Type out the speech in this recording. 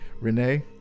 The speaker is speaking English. Renee